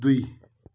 दुई